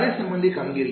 कार्य संबंधित कामगिरी